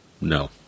No